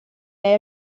lei